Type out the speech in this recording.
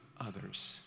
others